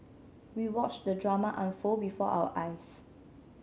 we watched the drama unfold before our eyes